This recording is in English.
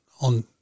on